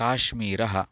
काश्मीरः